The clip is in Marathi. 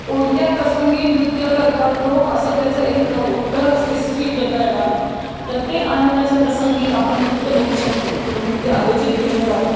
कोणत्या प्रसंगी नृत्य करतात लोक असं त्याचं एक उत्तर स्पेसिफिक देता येणार नाही प्रत्येक आनंदाच्या प्रसंगी आपण नृत्य करू शकतो किंवा नृत्य आयोजित केलं जातं